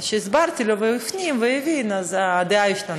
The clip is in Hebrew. אז, כשהסברתי לו והוא הפנים והבין, הדעה השתנתה.